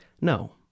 No